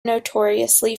notoriously